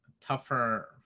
tougher